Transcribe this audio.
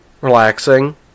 relaxing